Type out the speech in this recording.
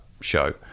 show